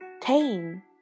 tame